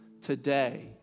Today